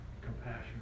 compassion